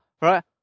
Right